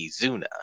Izuna